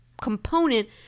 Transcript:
component